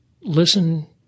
listen